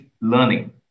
learning